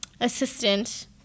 assistant